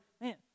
man